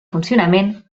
funcionament